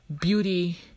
beauty